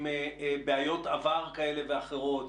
עם בעיות עבר כאלה ואחרות,